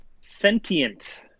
Sentient